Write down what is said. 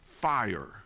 fire